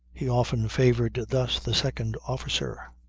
he often favoured thus the second officer.